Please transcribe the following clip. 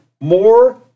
more